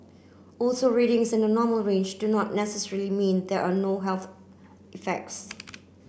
also readings in the normal range do not necessarily mean there are no health effects